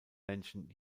menschen